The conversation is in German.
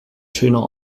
schöner